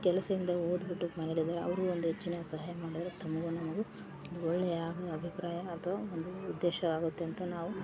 ಕೆಲ್ಸಿಲ್ಲದೆ ಓದಿಬಿಟ್ಟು ಮನೇಲಿದಾರೆ ಅವರು ಒಂದು ಹೆಚ್ಚಿನ ಸಹಾಯ ಮಾಡಿದ್ರೆ ತಮ್ಗೂ ಒಳ್ಳೆಯ ಅಭಿಪ್ರಾಯ ಅಥ್ವ ಒಂದು ಉದ್ದೇಶ ಆಗುತ್ತೆ ಅಂತ ನಾವು